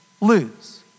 lose